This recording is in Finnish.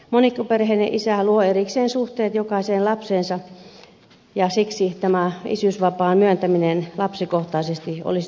monikkoperheiden isä luo erikseen suhteet jokaiseen lapseensa ja siksi tämä isyysvapaan myöntäminen lapsikohtaisesti olisi todella tärkeää